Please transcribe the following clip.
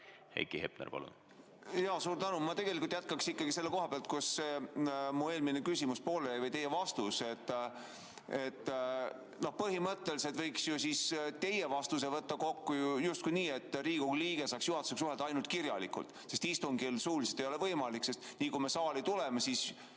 Heiki Hepner, palun!